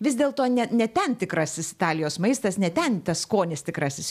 vis dėlto ne ne ten tikrasis italijos maistas ne ten skonis tikrasis